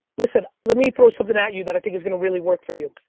listen, let me throw something at you that i think is gonna really work for you.